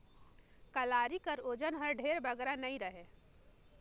कलारी कर ओजन हर ढेर बगरा नी रहें